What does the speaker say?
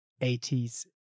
80s